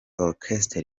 orchestre